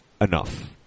enough